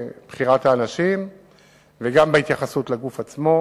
בבחירת האנשים וגם בהתייחסות לגוף עצמו,